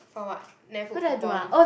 for what never put coupon